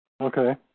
Okay